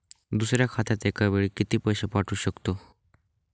दुसऱ्या खात्यात एका वेळी किती पैसे पाठवू शकतो?